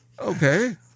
Okay